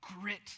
grit